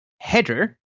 header